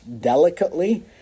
delicately